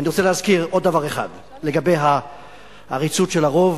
ואני רוצה להזכיר עוד דבר אחד לגבי העריצות של הרוב.